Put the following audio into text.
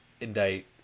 indict